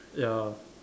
ya